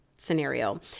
scenario